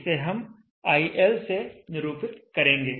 इसे हम IL से निरूपित करेंगे